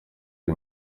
ari